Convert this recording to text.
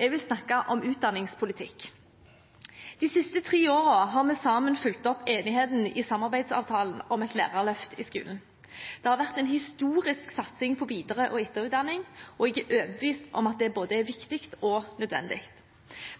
Jeg vil snakke om utdanningspolitikk. De siste tre årene har vi sammen fulgt opp enigheten i samarbeidsavtalen om et lærerløft i skolen. Det har vært en historisk satsing på videre- og etterutdanning, og jeg er overbevist om at det er både viktig og nødvendig.